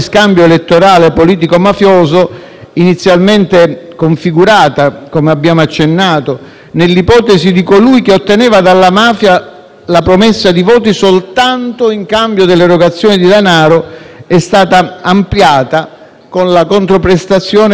inizialmente configurata - come abbiamo accennato - nell'ipotesi di colui che otteneva dalla mafia la promessa di voti soltanto in cambio dell'erogazione di denaro, è stata ampliata con la controprestazione di altra utilità,